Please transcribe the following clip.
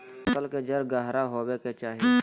फसल के जड़ गहरा होबय के चाही